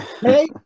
Hey